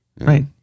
Right